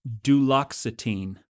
Duloxetine